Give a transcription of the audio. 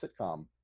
sitcom